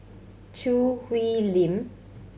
Choo Hwee Lim